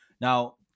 Now